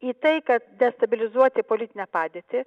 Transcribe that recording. į tai kad destabilizuoti politinę padėtį